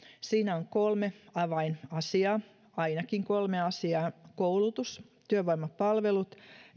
siinä on kolme avainasiaa ainakin kolme asiaa koulutus työvoimapalvelut